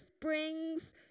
brings